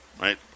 right